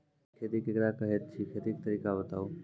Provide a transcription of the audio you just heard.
जैबिक खेती केकरा कहैत छै, खेतीक तरीका बताऊ?